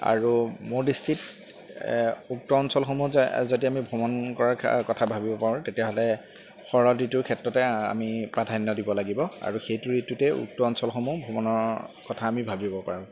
আৰু মোৰ দৃষ্টিত উক্ত অঞ্চলসমূহ যদি আমি ভ্ৰমণ কৰাৰ কথা ভাবিব পাৰোঁ তেতিয়াহ'লে শৰৎ ঋতুৰ ক্ষেত্ৰতে আমি প্ৰাধান্য দিব লাগিব আৰু সেইটো ঋতুতে উক্ত অঞ্চলসমূহ ভ্ৰমণৰ কথা আমি ভাবিব পাৰোঁ